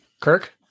Kirk